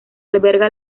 alberga